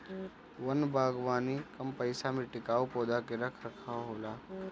वन बागवानी कम पइसा में टिकाऊ पौधा के रख रखाव होला